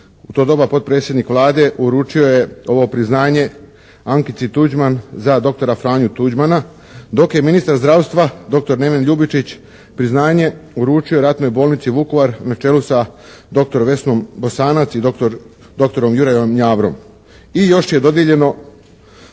u to doba potpredsjednik Vlade, uručio je ovo priznanje Ankici Tuđman za dr.Franju Tuđmana dok je ministar zdravstva dr. Neven Ljubičić priznanje uručio ratnoj bolnici Vukovar na čelu sa dr. Vesnom Bosanac i dr. Jurajom Njavrom i još je dodijeljeno